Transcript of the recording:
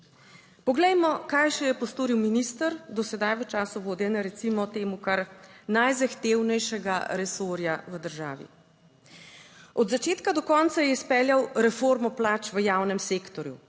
Poglejmo, kaj še je postoril minister do sedaj v času vodenja, recimo temu, kar najzahtevnejšega resorja v državi. Od začetka do konca je izpeljal reformo plač v javnem sektorju.